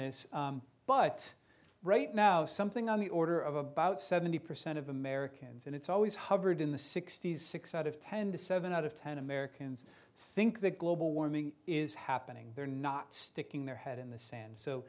this but right now something on the order of about seventy percent of americans and it's always hovered in the sixty's six out of ten to seven out of ten americans think that global warming is happening they're not sticking their head in the sand so